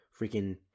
Freaking